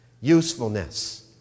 Usefulness